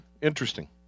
interesting